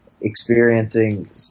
experiencing